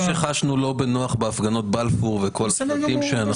כמו שחשבנו לא בנוח בהפגנות בלפור וכל המשפטים שם.